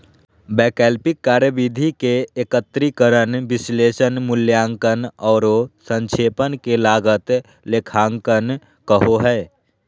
वैकल्पिक कार्यविधि के एकत्रीकरण, विश्लेषण, मूल्यांकन औरो संक्षेपण के लागत लेखांकन कहो हइ